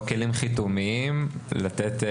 לא כלים חיתומיים לתת,